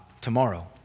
tomorrow